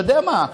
אתה יודע מה?